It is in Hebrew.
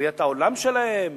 ראיית העולם שלהם,